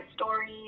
stories